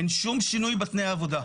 אין שום שינוי בתנאי עבודה.